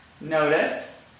notice